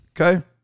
Okay